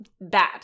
Bad